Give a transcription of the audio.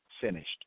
finished